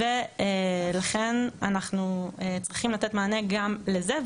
ולכן אנחנו צריכים לתת מענה גם לזה.